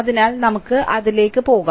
അതിനാൽ നമുക്ക് അതിലേക്ക് പോകാം